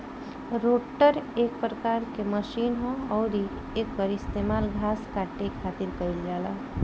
rotor एक प्रकार के मशीन ह अउरी एकर इस्तेमाल घास काटे खातिर कईल जाला